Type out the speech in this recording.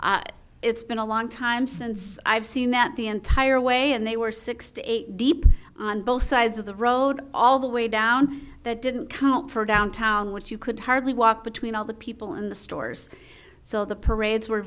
it's been a long time since i've seen that the entire way and they were sixty eight deep on both sides of the road all the way down that didn't come out for downtown which you could hardly walk between all the people in the stores so the parades were